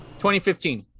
2015